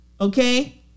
Okay